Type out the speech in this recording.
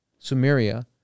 Sumeria